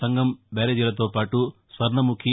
సంగం బ్యారేజీలతో పాటు స్వర్ణముఖి